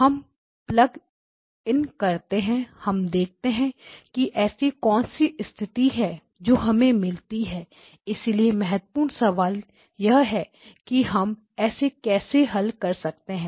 हम plug in करते हैं हम देखते हैं कि ऐसी कौन सी स्थिति है जो हमें मिलती है इसलिए महत्वपूर्ण सवाल यह है कि हम इसे कैसे हल करते हैं